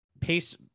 pace